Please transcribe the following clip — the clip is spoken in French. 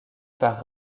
par